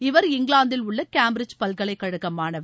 இவர் இங்கிலாந்தில் உள்ள கேம்பிரிஜ் பல்கலைக்கழக மாணவர்